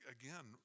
again